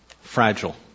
fragile